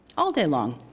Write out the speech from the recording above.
all day long.